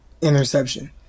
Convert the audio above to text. interception